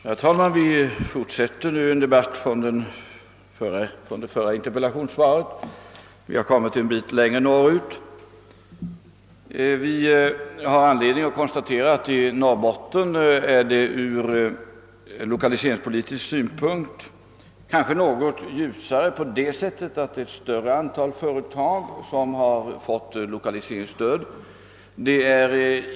Herr talman! Vi fortsätter nu en debatt som började med det förra interpellationssvaret. Men vi har kommit en bit längre norr ut och har anledning att konstatera att situationen i Norrbotten från lokaliseringssynpunkt kanske är något ljusare på det sättet att flera företag har fått lokaliseringsstöd.